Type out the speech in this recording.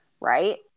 right